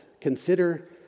consider